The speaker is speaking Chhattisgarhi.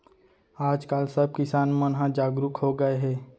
आज काल सब किसान मन ह जागरूक हो गए हे